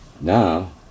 now